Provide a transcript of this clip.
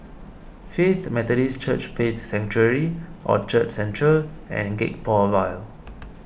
Faith Methodist Church Faith Sanctuary Orchard Central and Gek Poh Ville